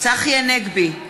צחי הנגבי,